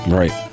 right